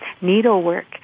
needlework